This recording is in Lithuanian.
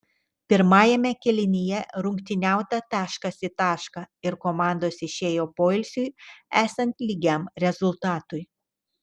pirmajame kėlinyje rungtyniauta taškas į tašką ir komandos išėjo poilsiui esant lygiam rezultatui